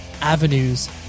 avenues